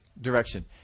direction